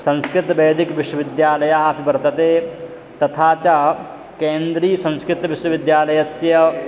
संस्कृतवैदिकविश्वविद्यालयाः अपि वर्तते तथा च केन्द्रीय संस्कृतविश्वविद्यालयस्य